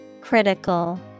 Critical